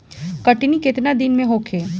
कटनी केतना दिन में होखे?